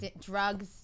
drugs